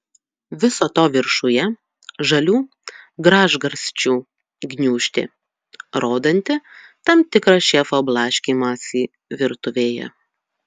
viso to viršuje žalių gražgarsčių gniūžtė rodanti tam tikrą šefo blaškymąsi virtuvėje